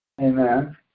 Amen